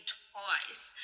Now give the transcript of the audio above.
twice